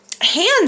hands